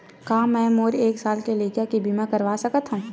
का मै मोर एक साल के लइका के बीमा करवा सकत हव?